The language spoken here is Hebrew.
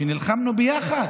נלחמנו ביחד,